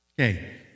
Okay